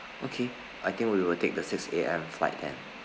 okay I think we will take the six A_M flight then